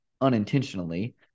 unintentionally